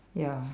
ya